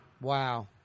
Wow